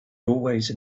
always